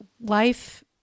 life